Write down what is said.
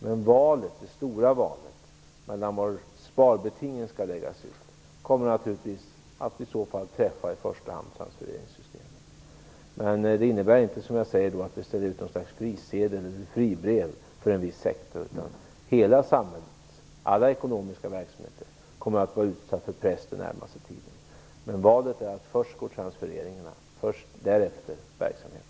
Men i det stora valet, i fråga om var sparbetingen skall läggas ut, kommer naturligtvis i så fall transfereringssystemen att träffas i första hand. Men det innebär inte, som jag säger, att vi ställer ut något slags fribrev för en viss sektor, utan hela samhället, alla ekonomiska verksamheter, kommer att vara utsatta för press den närmaste tiden. Men i valet går vi först på transfereringarna och därefter på verksamheterna.